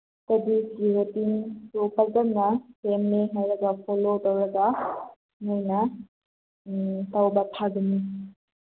study ꯔꯨꯇꯤꯟꯁꯨ ꯐꯖꯅ ꯁꯦꯝꯃꯦ ꯍꯥꯏꯔꯒ ꯐꯣꯂꯣ ꯇꯧꯔꯒ ꯅꯣꯏꯅ ꯇꯧꯕ ꯐꯒꯅꯤ